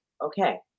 okay